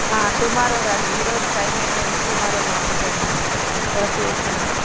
tomorrow రండి ఈ రోజు టైమ్ అయ్యిపోయింది టుమారో మార్నింగ్ రండి సెలెక్ట్ చేసుకుంటాం